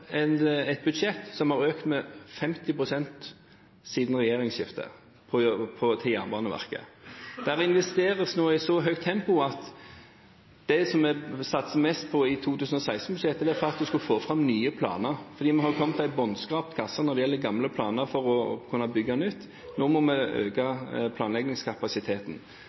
et budsjett som har økt med 50 pst. til Jernbaneverket siden regjeringsskiftet. Det investeres nå i så høyt tempo at det vi satser mest på i 2016-budsjettet, er faktisk å få fram nye planer. Vi har kommet til en bunnskrapt kasse når det gjelder planer om å bygge nytt. Nå må vi øke planleggingskapasiteten.